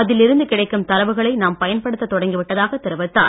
அதிலிருந்து கிடைக்கும் தரவுகளை நாம் பயன்படுத்தத் தொடங்கி விட்டதாகத் தெரிவித்தார்